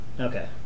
Okay